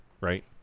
right